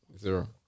zero